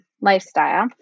lifestyle